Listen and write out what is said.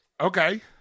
Okay